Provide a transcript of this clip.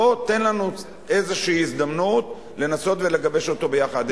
בוא תן לנו איזו הזדמנות לנסות ולגבש אותו ביחד.